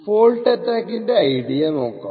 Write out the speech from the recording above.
fault അറ്റാക്കിന്റെ idea നോക്കാം